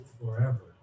forever